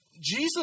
Jesus